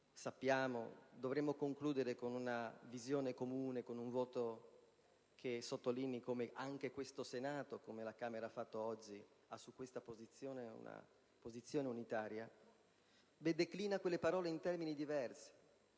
sappiamo dovremo concludere con una visione comune, con un voto che sottolinei come anche questo Senato, come la Camera ha fatto oggi, ha su tale materia una posizione unitaria), ma in termini diversi.